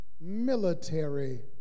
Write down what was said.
military